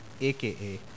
aka